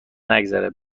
نگذره